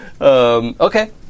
okay